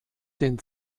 den